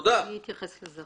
זו הייתה כוונתנו.